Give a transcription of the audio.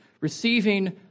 receiving